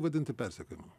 vadinti persekiojimu